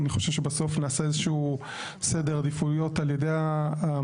אני חושב שבסוף נעשה איזה שהוא סדר עדיפויות על ידי השר.